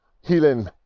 healing